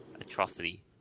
atrocity